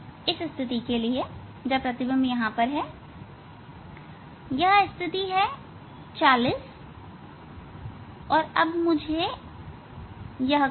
इस स्थिति के लिए यह स्थिति 40 है और अब यह मुझे करना है